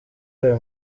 aya